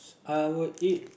I would eat